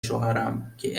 شوهرم، که